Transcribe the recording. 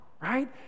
right